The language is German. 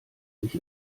sich